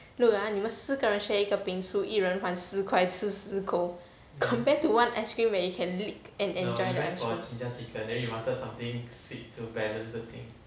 look ah 你们四个人 share 一个 bingsu 一人还四块吃四口 compared to one ice cream where you can lick and enjoy the ice cream